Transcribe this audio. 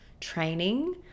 training